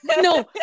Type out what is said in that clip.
No